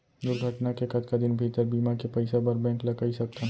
दुर्घटना के कतका दिन भीतर बीमा के पइसा बर बैंक ल कई सकथन?